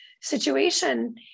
situation